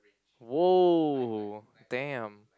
!wow! !damn!